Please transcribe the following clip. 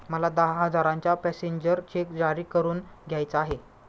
मला दहा हजारांचा पॅसेंजर चेक जारी करून घ्यायचा आहे